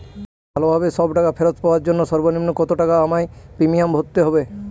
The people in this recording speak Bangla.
ভালোভাবে সব টাকা ফেরত পাওয়ার জন্য সর্বনিম্ন কতটাকা আমায় প্রিমিয়াম ভরতে হবে?